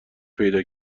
پیدا